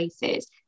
places